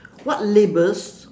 what labels